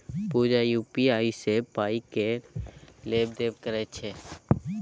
पुजा UPI सँ पाइ केर लेब देब करय छै